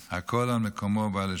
בכל אופן, הכול בא על מקומו בשלום.